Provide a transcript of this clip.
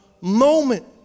moment